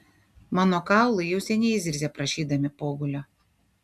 mano kaulai jau seniai zirzia prašydami pogulio